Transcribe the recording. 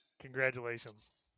Congratulations